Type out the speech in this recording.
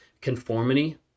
conformity